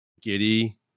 Giddy